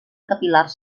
capil·lars